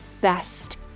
best